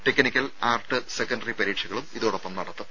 technical art secondary പരീക്ഷകളും ഇതോടൊപ്പം നടത്തും